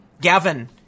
Gavin